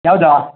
ಯಾವುದು